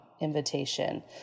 invitation